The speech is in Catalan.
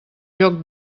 joc